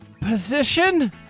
position